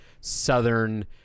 southern